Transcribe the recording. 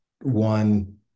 one